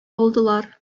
алдылар